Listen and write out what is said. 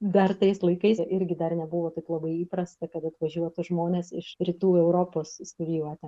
dar tais laikais irgi dar nebuvo tik labai įprasta kad atvažiuotų žmonės iš rytų europos studijuoti